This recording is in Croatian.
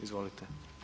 Izvolite.